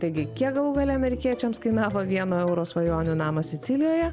taigi kiek galų gale amerikiečiams kainavo vieno euro svajonių namas sicilijoje